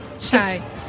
Shy